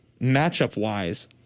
matchup-wise